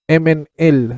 mnl